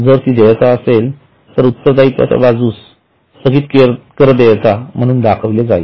जर ती देयता असेल तर उत्तरदायित्वाच्या बाजूस स्थगित कर देयता म्हणून दाखविले जाईल